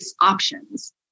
options